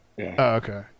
Okay